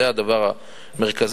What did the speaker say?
זה הדבר המרכזי.